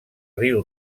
riu